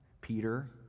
Peter